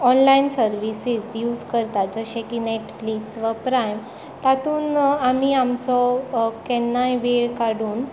online services use करता जशें की नेटफ्लिक्स वा प्रायम तातूं आमी आमचो केन्नाय वेळ काडून